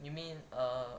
you mean err